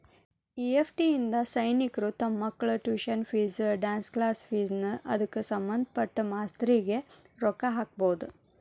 EFT ಇಂದಾ ಸೈನಿಕ್ರು ತಮ್ ಮಕ್ಳ tuition fees, dance class fees ನಾ ಅದ್ಕ ಸಭಂದ್ಪಟ್ಟ ಮಾಸ್ತರ್ರಿಗೆ ರೊಕ್ಕಾ ಹಾಕ್ಬೊದ್